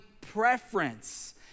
preference